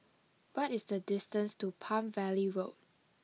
what is the distance to Palm Valley Road